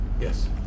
Yes